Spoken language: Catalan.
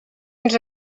ens